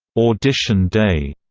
audition day,